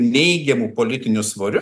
neigiamu politiniu svoriu